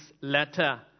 letter